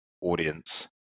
audience